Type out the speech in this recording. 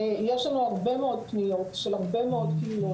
יש לנו הרבה מאוד פניות של הרבה מאוד קהילות